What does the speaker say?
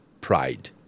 pride